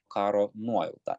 karo nuojauta